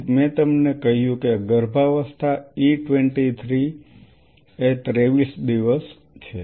તેથી મેં તમને કહ્યું કે ગર્ભાવસ્થા E23 23 દિવસ કહે છે